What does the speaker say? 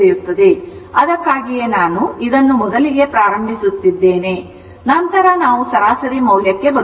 ಆದ್ದರಿಂದ ಅದಕ್ಕಾಗಿಯೇ ನಾನು ಇದನ್ನು ಮೊದಲಿಗೆ ಪ್ರಾರಂಭಿಸಿದ್ದೇನೆ ನಂತರ ನಾವು ಸರಾಸರಿ ಮೌಲ್ಯಕ್ಕೆ ಬರುತ್ತೇವೆ